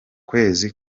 kwezi